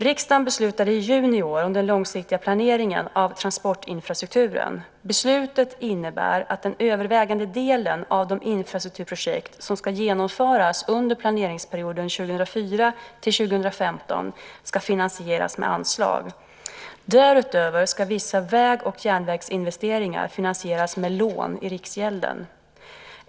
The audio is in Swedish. Riksdagen beslutade i juni i år om den långsiktiga planeringen av transportinfrastrukturen. Beslutet innebär att den övervägande delen av de infrastrukturprojekt som ska genomföras under planperioden 2004-2015 ska finansieras med anslag. Därutöver ska vissa väg och järnvägsinvesteringar finansieras med lån i riksgälden.